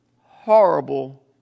horrible